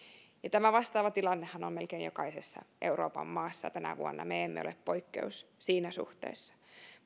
tämä vastaava tilannehan on melkein jokaisessa euroopan maassa tänä vuonna me emme ole poikkeus siinä suhteessa